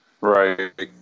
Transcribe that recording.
Right